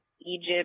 Egypt